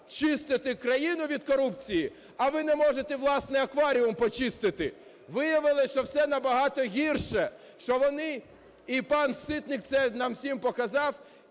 чистити країну від корупції, а ви не можете власний акваріум почистити. Виявилось, що все набагато гірше, що вони…, і пан Ситник це нам всім показав,